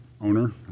owner